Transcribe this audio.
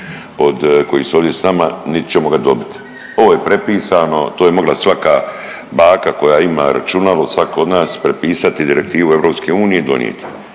od koji su ovdje s nama, nit ćemo ga dobit. Ovo je prepisano, to je mogla svaka baka koja ima računalo, svak od nas prepisati direktivu EU i donijeti